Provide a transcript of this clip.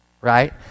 right